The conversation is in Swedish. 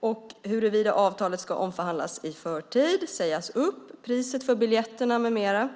och huruvida avtalat ska omförhandlas i förtid eller sägas upp. Man har även tagit upp priset på biljetterna med mera.